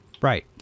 Right